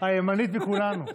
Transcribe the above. אבל הימנית מכולנו.